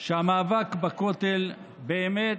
שהמאבק בכותל הוא באמת,